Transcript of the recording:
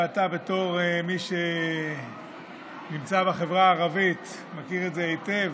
ואתה בתור מי שנמצא בחברה הערבית מכיר את זה היטב,